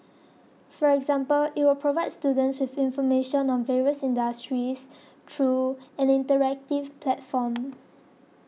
for example it will provide students with information on various industries through an interactive platform